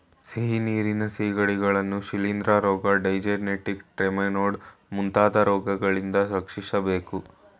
ಸಿಹಿನೀರಿನ ಸಿಗಡಿಗಳನ್ನು ಶಿಲಿಂದ್ರ ರೋಗ, ಡೈಜೆನೆಟಿಕ್ ಟ್ರೆಮಾಟೊಡ್ ಮುಂತಾದ ರೋಗಗಳಿಂದ ರಕ್ಷಿಸಬೇಕು